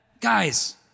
Guys